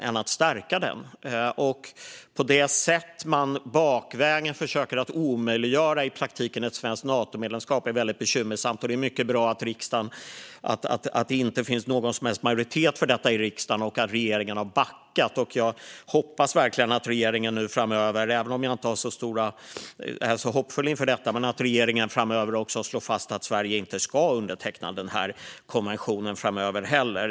På det sättet försöker man i praktiken bakvägen omöjliggöra ett svenskt Natomedlemskap, och det är mycket bra att det inte finns någon som helst majoritet i detta i riksdagen och att regeringen har backat. Även om jag inte är så hoppfull inför detta hoppas jag ändå att regeringen också slår fast att Sverige inte heller framöver ska underteckna konventionen.